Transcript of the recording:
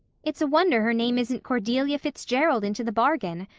it's a wonder her name isn't cordelia fitzgerald into the bargain!